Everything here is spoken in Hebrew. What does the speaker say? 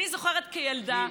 אני זוכרת כילדה,